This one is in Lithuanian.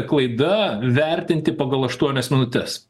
klaida vertinti pagal aštuonias minutes